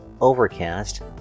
Overcast